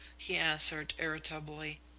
he answered irritably.